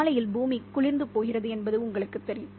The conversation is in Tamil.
மாலையில் பூமி குளிர்ந்து போகிறது என்பது உங்களுக்குத் தெரியும்